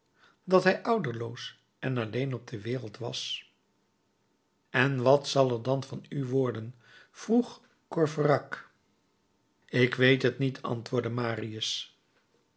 dat hij ouderloos en alleen op de wereld was en wat zal er dan van u worden vroeg courfeyrac ik weet het niet antwoordde marius